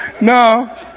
No